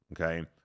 okay